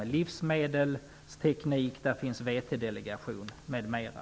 Det momentet behandlar livsmedelstekniken, VT-delegationen m.m.